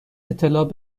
اطلاع